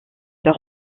leur